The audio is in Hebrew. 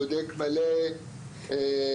בודק מלא הצעות,